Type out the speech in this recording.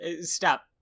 Stop